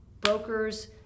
brokers